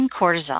cortisol